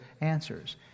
answers